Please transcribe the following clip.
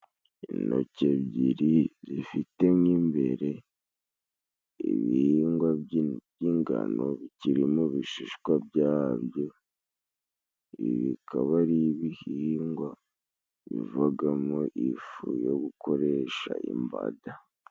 Intoki ebyiri zifite nk'imbere, ibihingwa by'igano biki mu bishishwa byabyo, bikaba ibi ibihingwa bivagamo ifu yo gukoresha imbaga.